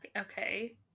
Okay